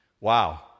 Wow